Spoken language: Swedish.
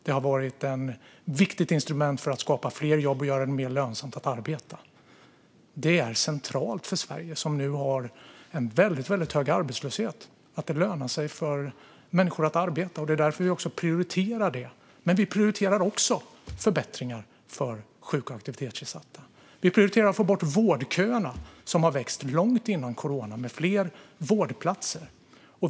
De har varit ett viktigt instrument för att skapa fler jobb och göra det mer lönsamt att arbeta. Det är centralt för Sverige, som nu har en väldigt hög arbetslöshet, att det lönar sig för människor att arbeta. Det är därför vi prioriterar det. Vi prioriterar också förbättringar för sjuk och aktivitetsersatta. Vi prioriterar att få bort vårdköerna, som har vuxit långt före coronan, med fler vårdplatser.